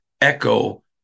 echo